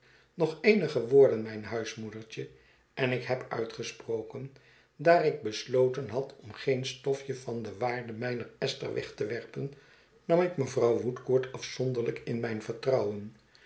nog eenige woorden mijn huismoedertje en ik heb uitgesproken daar ik besloten had om geen stofje van de waarde mijner esther weg te werpen nam ik mevrouw woodcourt afzonderlijk in mijn vertrouwen